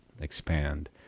expand